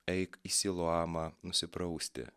eik į siluamą nusiprausti